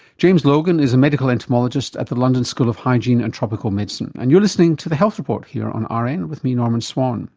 james logan is a medical entomologist at the london school of hygiene and tropical medicine. and you're listening to the health report here on rn and with me, norman swan